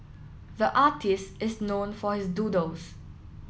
the artist is known for his doodles